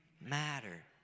Matter